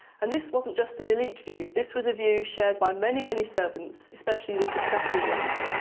and this wasn't just an elite view, this was a view shared by many, many servants, especially the successful ones.